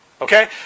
Okay